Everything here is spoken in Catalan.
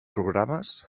programes